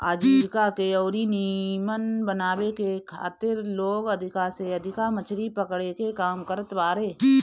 आजीविका के अउरी नीमन बनावे के खातिर लोग अधिका से अधिका मछरी पकड़े के काम करत बारे